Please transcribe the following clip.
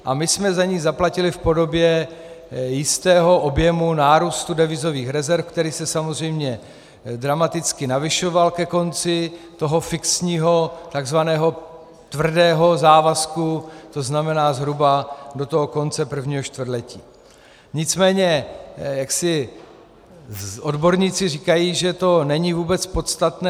A my jsme za ni zaplatili v podobě jistého objemu nárůstu devizových rezerv, který se samozřejmě dramaticky navyšoval ke konci toho fixního, takzvaného tvrdého závazku, tzn. zhruba do konce prvního čtvrtletí, nicméně odborníci říkají, že to není vůbec podstatné.